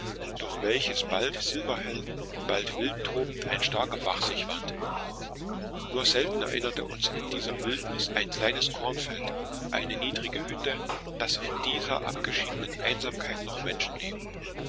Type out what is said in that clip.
durch welches bald silberhell bald wild tobend ein starker bach sich wand nur selten erinnerte uns in dieser wildnis ein kleines kornfeld eine niedrige hütte daß in dieser abgeschiedenen einsamkeit noch